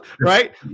Right